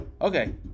Okay